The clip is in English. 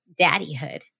daddyhood